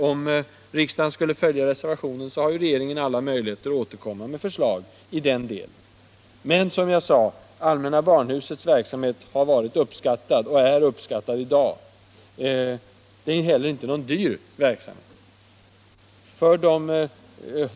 Om riksdagen där skulle följa reservationen har ju regeringen alla möjligheter att återkomma med förslag i den delen. Men som jag sade har allmänna barnhusets verksamhet varit och är uppskattad. Det är heller inte någon dyr verksamhet.